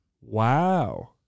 Wow